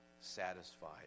satisfied